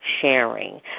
sharing